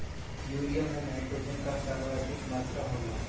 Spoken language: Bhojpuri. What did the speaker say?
यूरिया में नाट्रोजन कअ सर्वाधिक मात्रा होला